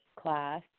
class